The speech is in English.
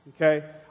Okay